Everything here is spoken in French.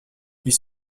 ils